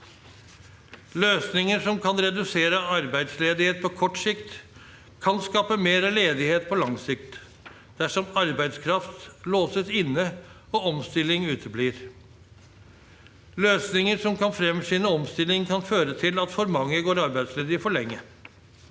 Løsninger som kan redusere arbeidsledighet på kort sikt, kan skape mer ledighet på lang sikt dersom arbeidskraft låses inne og omstilling uteblir. Løsninger som kan fremskynde omstilling, kan føre til at for mange går arbeidsledige for lenge.